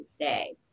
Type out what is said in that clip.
today